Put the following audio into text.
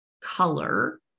color